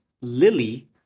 Lily